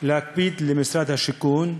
להקפיד שמשרד השיכון,